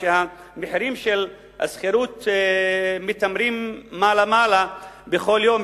שמחירי השכירות מיתמרים מעלה-מעלה בכל יום,